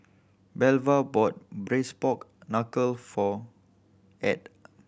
Belva bought Braised Pork Knuckle for Ed